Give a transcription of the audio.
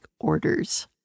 orders